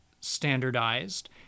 standardized